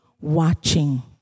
watching